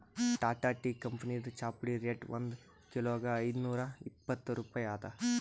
Tata tea ಕಂಪನಿದ್ ಚಾಪುಡಿ rate ಒಂದ್ ಕಿಲೋಗಾ ಐದ್ನೂರಾ ಇಪ್ಪತ್ತ್ ರೂಪಾಯಿ ಅದಾ